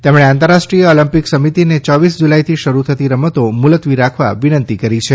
તેમણે આંતરરાષ્ટ્રીય ઓલિમ્પિક સમિતિને ચોવીસ જુલાઇથી શરૂ થતી રમતો મુલત્વી રાખવા વિનંતી કરી છે